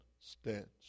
stench